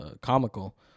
Comical